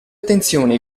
attenzione